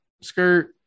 skirt